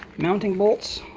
mounting bolts.